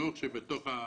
זה פשוט דבר בלתי סביר,